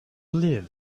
live